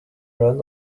run